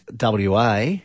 WA